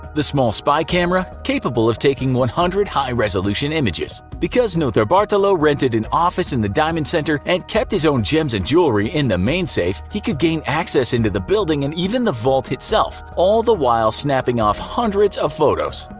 the small spy camera capable of taking one hundred high-resolution images. because notarbartolo rented an office in the diamond center, and kept his own gems and jewelry in the main safe, he could gain access into the building and even the vault itself, all the while snapping off hundreds of photos.